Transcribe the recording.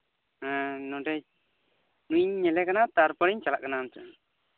ᱦᱮᱸ ᱱᱩᱰᱮ ᱱᱩᱭ ᱤᱧ ᱧᱮᱞᱮ ᱠᱟᱱᱟ ᱛᱟᱨᱯᱚᱨᱮᱧ ᱪᱟᱞᱟᱜ ᱠᱟᱱᱟ ᱟᱢ ᱴᱷᱮᱱ